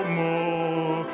more